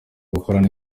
gukorana